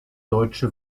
deutsche